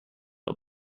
are